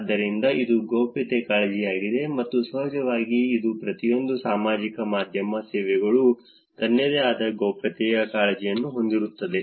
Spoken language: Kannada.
ಆದ್ದರಿಂದ ಅದು ಗೌಪ್ಯತೆಯ ಕಾಳಜಿಯಾಗಿದೆ ಮತ್ತು ಸಹಜವಾಗಿ ಈ ಪ್ರತಿಯೊಂದು ಸಾಮಾಜಿಕ ಮಾಧ್ಯಮ ಸೇವೆಗಳು ತನ್ನದೇ ಆದ ಗೌಪ್ಯತೆಯ ಕಾಳಜಿಯನ್ನು ಹೊಂದಿರುತ್ತವೆ